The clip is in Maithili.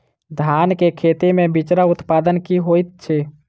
धान केँ खेती मे बिचरा उत्पादन की होइत छी?